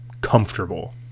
comfortable